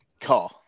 car